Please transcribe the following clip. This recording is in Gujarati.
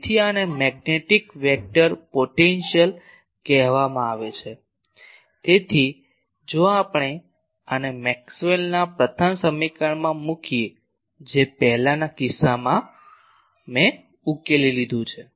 તેથી આને મેગ્નેટિક વેક્ટર પોટેન્શિયલ કહેવામાં આવે છે તેથી જો આપણે આને મેક્સવેલના પ્રથમ સમીકરણમાં મૂકીએ જે પહેલાના કિસ્સામાં મેં ઉકેલી લીધું છે